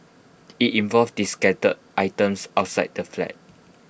IT involved discarded items outside the flat